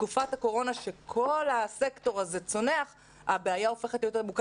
בתקופת הקורונה כשכל הסקטור הזה צונח הבעיה הופכת להיות עמוקה